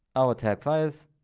our tag fires.